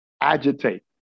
agitate